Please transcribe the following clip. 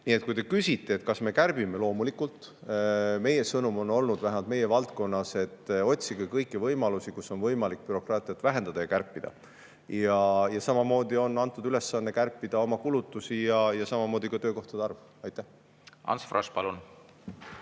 Nii et kui te küsite, kas me kärbime: loomulikult. Meie sõnum on olnud, vähemalt meie valdkonnas, selline: otsige kõiki võimalusi, kus on võimalik bürokraatiat vähendada ja midagi kärpida. Samamoodi on antud ülesanne kärpida oma kulutusi ja töökohtade arvu. Aitäh! No minu